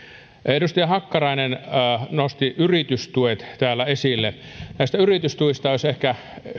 edustaja hakkarainen nosti yritystuet täällä esille näistä yritystuista olisi ehkä